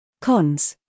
Cons